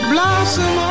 Blossom